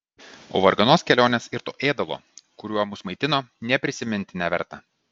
o varganos kelionės ir to ėdalo kuriuo mus maitino nė prisiminti neverta